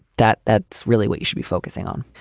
that that's really what you should be focusing on.